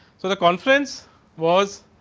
so, the conference was